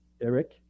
Eric